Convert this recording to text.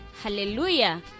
Hallelujah